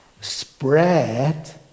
spread